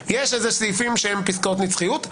יש איזה סעיפים שהם פסקאות נצחיות.